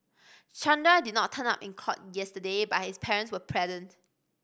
Chandra did not turn up in court yesterday but his parents were present